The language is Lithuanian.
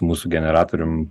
mūsų generatorium